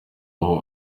aho